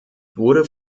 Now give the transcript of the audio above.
wurde